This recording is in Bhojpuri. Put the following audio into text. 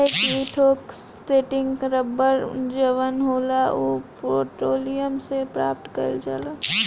काहे कि थोक सिंथेटिक रबड़ जवन होला उ पेट्रोलियम से प्राप्त कईल जाला